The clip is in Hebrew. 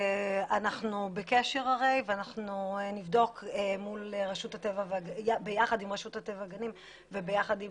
אנחנו בקשר ואנחנו נבדוק ביחד עם רשות הטבע והגנים וביחד עם